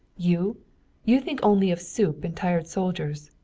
you you think only of soup and tired soldiers.